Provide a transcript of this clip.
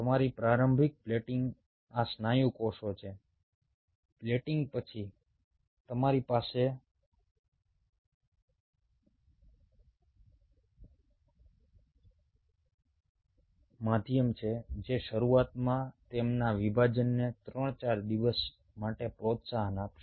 તમારી પ્રારંભિક પ્લેટિંગ આ સ્નાયુ કોષો છે પ્લેટિંગ પછી તમારી પાસે માધ્યમ છે જે શરૂઆતમાં તેમના વિભાજનને 3 4 દિવસ માટે પ્રોત્સાહન આપશે